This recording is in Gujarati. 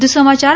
વધુ સમાચાર